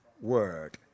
word